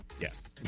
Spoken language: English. Yes